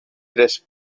tres